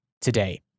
today